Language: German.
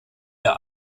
der